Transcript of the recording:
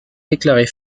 déclarée